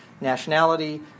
nationality